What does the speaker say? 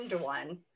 one